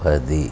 పది